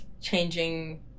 changing